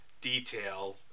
detail